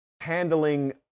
handling